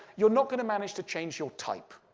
you're not going to manage to change your type.